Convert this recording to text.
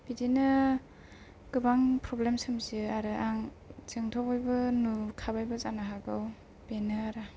बिदिनो गोबां प्रब्लेम सोमजियो आरो आं जोंथ' बयबो नुखाबायबो जानो हागौ बेनो आरो